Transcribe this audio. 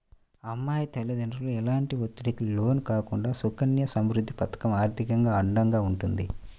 అమ్మాయి తల్లిదండ్రులు ఎలాంటి ఒత్తిడికి లోను కాకుండా సుకన్య సమృద్ధి పథకం ఆర్థికంగా అండగా ఉంటుంది